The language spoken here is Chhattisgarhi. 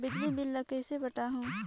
बिजली बिल ल कइसे पटाहूं?